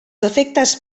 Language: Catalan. efectes